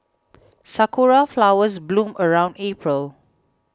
sakura flowers bloom around April